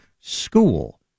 school